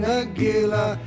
Nagila